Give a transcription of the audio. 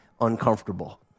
uncomfortable